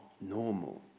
normal